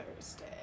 Thursday